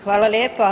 Hvala lijepa.